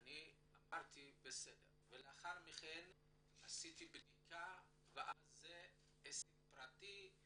אמרתי "בסדר" ולאחר מכן עשיתי בדיקה וכשנוכחתי לדעת שזה עסק פרטי,